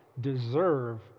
deserve